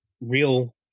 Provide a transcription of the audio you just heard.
real